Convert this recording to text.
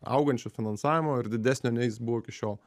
augančio finansavimo ir didesnio nei jis buvo iki šiol